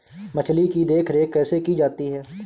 मछली की देखरेख कैसे की जाती है?